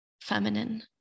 feminine